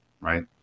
right